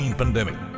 pandemic